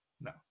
no